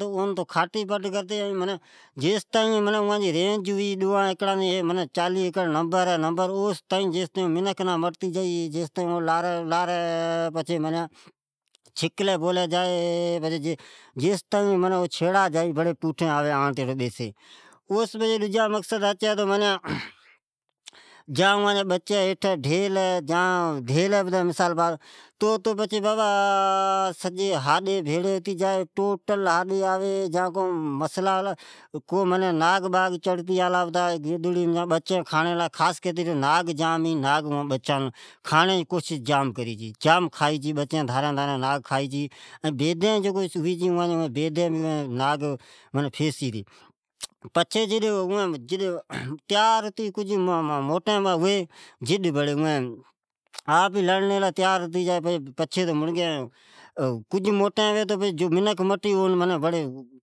تو ھون کھاتے پٹ کری ، اوانن جی رینج ھوی چھے معنی چالی ایکڑ جا نبر ھوی چھے تو اوس تائین لاری لاری پچھے پوٹھے آوی ، ڈجا ھا مقصد ھی تو کو بچے دھیلے پتے تو بابا سجی ھڈی بیڑی ہا کو ناگ چڑتے آلا متھے تو رڑ پڑہ پلی۔ بنیم ناگ جھام ھیاوی بچین کھائون آوی چھئ ۔بچین دارین دارین کھئی چھے ،بیدی ھوی چھے اوین ناگ فیسے چھے پچھی جڈ اویں موٹیں ھتی جا ئی تو اون بھی منکھان کھئی چھے